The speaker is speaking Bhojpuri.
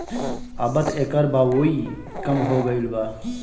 अबत एकर बओई कम हो गईल बा